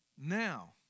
now